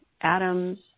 atoms